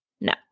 No